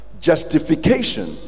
justification